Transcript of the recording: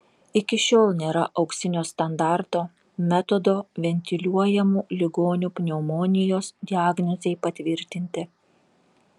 iki šiol nėra auksinio standarto metodo ventiliuojamų ligonių pneumonijos diagnozei patvirtinti